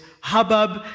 hubbub